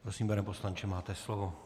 Prosím, pane poslanče, máte slovo.